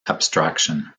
abstraction